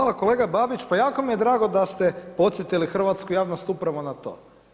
Hvala kolega Babić, pa jako mi je drago da ste podsjetili hrvatsku javnost upravo na to.